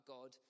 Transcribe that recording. God